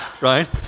Right